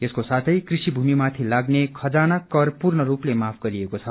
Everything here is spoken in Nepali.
यसको साथै कृषि भूमिमाथि लाग्ने खजना कर पूर्ण रूपले माफ गरिएको छ